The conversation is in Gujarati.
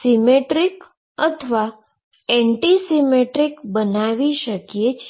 સીમેટ્રીક અથવા એન્ટી સીમેટ્રીક બનાવી શકીએ છીએ